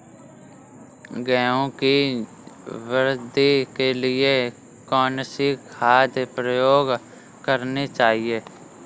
गेहूँ की वृद्धि के लिए कौनसी खाद प्रयोग करनी चाहिए?